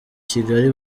kigali